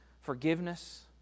forgiveness